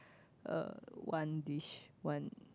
uh one dish one